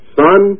son